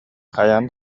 хайаан